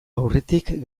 aurretik